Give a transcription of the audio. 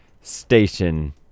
station